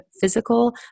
physical